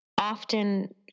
often